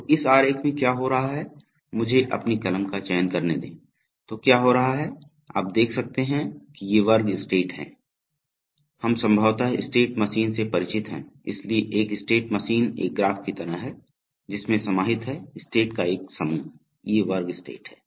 तो इस आरेख में क्या हो रहा है मुझे अपनी कलम का चयन करने दें तो क्या हो रहा है आप देख सकते हैं कि ये वर्ग स्टेट हैं हम संभवतः स्टेट मशीन से परिचित हैं इसलिए एक स्टेट मशीन एक ग्राफ की तरह है जिसमें समाहित है स्टेट का एक समूह ये वर्ग स्टेट है